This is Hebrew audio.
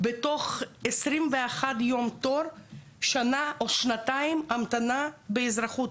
בתוך 21 יום שנה או שנתיים המתנה באזרחות.